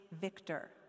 victor